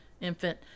infant